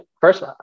first